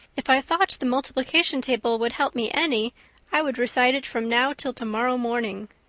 if i thought the multiplication table would help me any i would recite it from now till tomorrow morning.